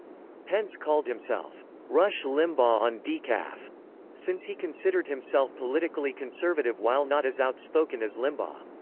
pence called himself rush limbaugh on decaf since he considered himself politically conservative while not as outspoken as limbaugh.